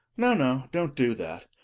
no, no, don't do that,